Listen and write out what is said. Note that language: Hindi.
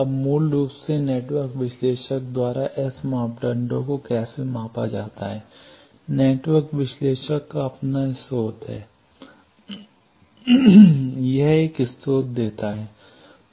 अब मूल रूप से नेटवर्क विश्लेषक द्वारा एस मापदंडों को कैसे मापा जाता है नेटवर्क विश्लेषक का अपना स्रोत है यह एक स्रोत देता है